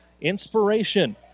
inspiration